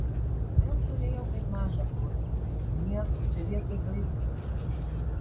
vėl turėjau kaip mažą glostyti nieko čia vietoj vaistų